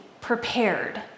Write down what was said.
prepared